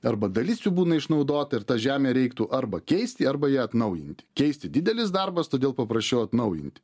arba dalis jų būna išnaudota ir tą žemę reiktų arba keisti arba ją atnaujinti keisti didelis darbas todėl paprasčiau atnaujinti